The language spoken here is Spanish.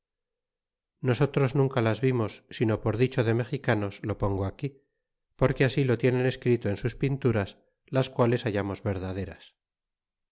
nosotros nunca las vimos sino por dicho de mexicanos lo pongo aqui porque así lo tienen escrito en sus pinturas las quales hallamos verdaderas